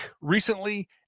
recently